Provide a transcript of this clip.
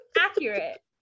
Accurate